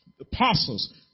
apostles